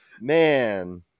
Man